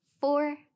four